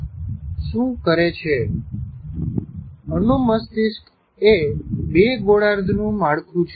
અનુ મસ્તિષ્ક નું અનુવાદ નાનું મગજ થાય છે અનુ મસ્તિષ્ક એ બે ગોળાર્ધ નું માળખું છે